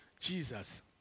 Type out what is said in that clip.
Jesus